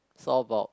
so all about